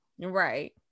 right